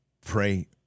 pray